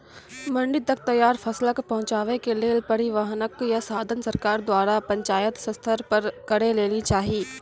मंडी तक तैयार फसलक पहुँचावे के लेल परिवहनक या साधन सरकार द्वारा पंचायत स्तर पर करै लेली चाही?